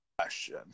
question